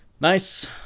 nice